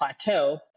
plateau